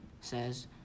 says